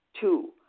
Two